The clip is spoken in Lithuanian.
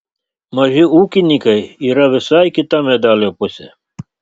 maži ūkininkai yra visai kita medalio pusė